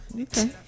Okay